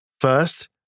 First